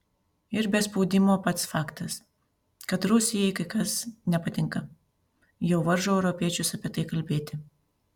ir be spaudimo pats faktas kad rusijai kai kas nepatinka jau varžo europiečius apie tai kalbėti